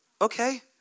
okay